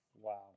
Wow